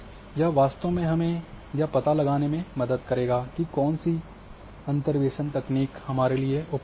यह वास्तव में हमें यह पता लगाने में मदद करेगा कि कौन सी अंतर्वेशन तकनीक हमारे लिए उपयुक्त है